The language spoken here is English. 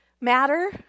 matter